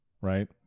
right